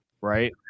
right